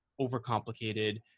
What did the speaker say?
overcomplicated